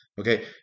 Okay